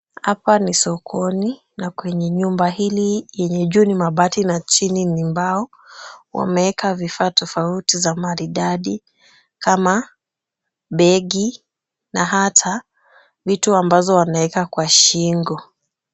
Hapa ni sokoni na kwenye nyumba hili yenye juu ni mabati na chini ni mbao. Wameeka vifaa tofauti za maridadi kama begi na hata vitu ambazo wanaweka kwa shingo.